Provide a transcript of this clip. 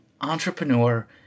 entrepreneur